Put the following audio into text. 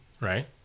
right